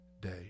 day